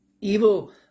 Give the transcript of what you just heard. Evil